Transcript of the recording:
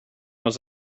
was